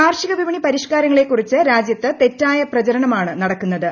കാർഷികവിപണി പരിഷ്കാരങ്ങളെക്കുറിച്ച് രാജ്യത്ത് തെറ്റായ പ്രചരണമാണ് നടക്കുന്നുത്